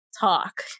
talk